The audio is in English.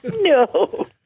No